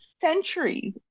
centuries